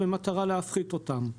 במטרה להפחית אותן.